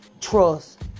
trust